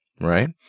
right